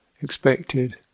expected